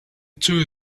two